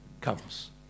comes